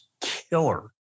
killer